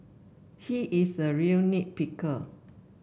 he is a real nit picker